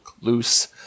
loose